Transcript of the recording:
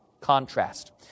Contrast